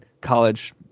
college